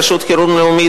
רשות חירום לאומית,